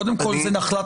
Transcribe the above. קודם כל,